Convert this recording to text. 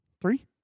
three